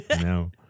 No